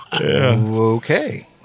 Okay